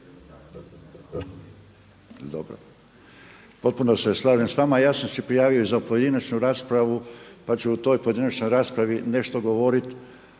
Potpuno se slažem sa vama. Ja sam se prijavio i za pojedinačnu raspravu pa ću u toj pojedinačnoj raspravi nešto govoriti